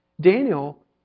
Daniel